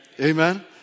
Amen